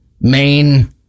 main